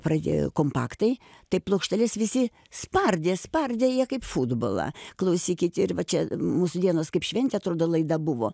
pradėjo kompaktai tai plokšteles visi spardė spardė ją kaip futbolą klausykit ir va čia mūsų dienos kaip šventė atrodo laida buvo